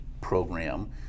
program